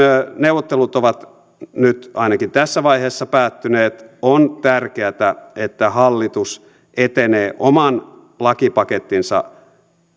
neuvottelut ovat nyt ainakin tässä vaiheessa päättyneet on tärkeätä että hallitus etenee oman lakipakettinsa